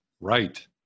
Right